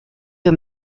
für